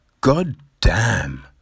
goddamn